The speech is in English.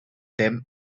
them